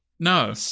No